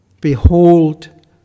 behold